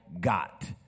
got